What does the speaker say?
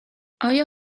آیا